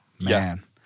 Man